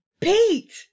pete